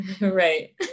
Right